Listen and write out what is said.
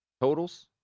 Totals